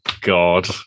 god